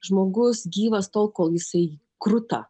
žmogus gyvas tol kol jisai kruta